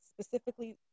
specifically